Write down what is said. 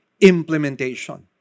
implementation